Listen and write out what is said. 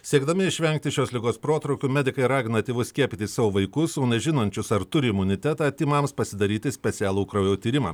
siekdami išvengti šios ligos protrūkio medikai ragina tėvus skiepyti savo vaikus o nežinančius ar turi imunitetą tymams pasidaryti specialų kraujo tyrimą